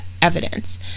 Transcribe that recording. evidence